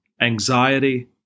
anxiety